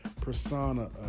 persona